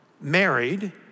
married